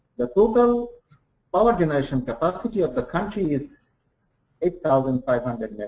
the total power generation capacity of the country is eight thousand five hundred